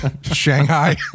Shanghai